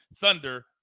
thunder